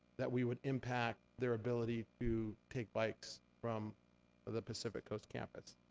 that we would impact their ability to take bikes from ah the pacific coast campus.